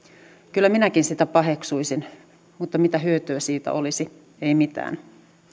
kyllä minäkin sitä paheksuisin mutta mitä hyötyä siitä olisi ei mitään